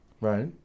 right